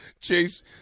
Chase